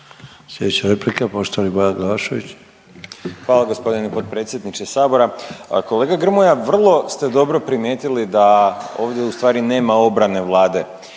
**Glavašević, Bojan (Nezavisni)** Hvala gospodine potpredsjedniče Sabora. Kolega Grmoja vrlo ste dobro primijetili da ovdje ustvari nema obrane Vlade